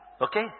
okay